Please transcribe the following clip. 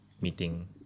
meeting